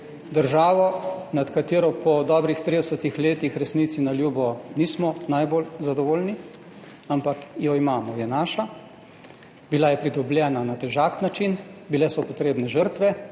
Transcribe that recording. državo, s katero po dobrih 30 letih resnici na ljubo nismo najbolj zadovoljni, ampak jo imamo, je naša. Bila je pridobljena na težak način, potrebne so